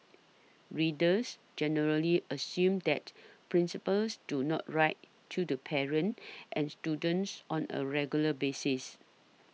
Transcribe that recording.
readers generally assume that principals do not write to the parents and students on a regular basis